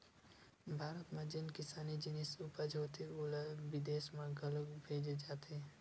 भारत म जेन किसानी जिनिस उपज होथे ओला बिदेस म घलोक भेजे जाथे